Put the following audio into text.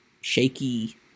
shaky